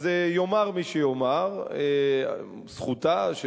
אז יאמר מי שיאמר: זכותה של